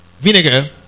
vinegar